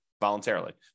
voluntarily